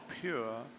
pure